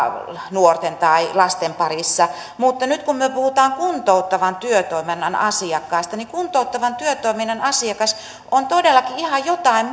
nuorten tai lasten parissa mutta nyt kun me me puhumme kuntouttavan työtoiminnan asiakkaasta niin kuntouttavan työtoiminnan asiakas on todellakin ihan jotain